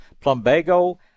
Plumbago